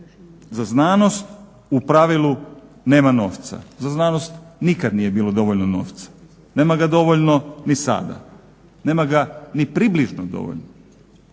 Za znanost u pravilu nema novca, za znanost nikad nije bilo dovoljno novca. Nema ga dovoljno ni sada, nema ga ni približno dovoljno.